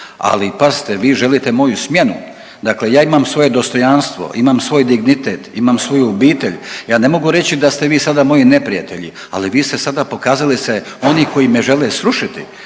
ali pazite, vi želite moju smjenu. Dakle ja imamo svoje dostojanstvo, imamo svoj dignitet, imam svoju obitelj. Ja ne mogu reći sada da ste vi sada moji neprijatelji, ali vi ste sada pokazali se oni koji me žele srušiti,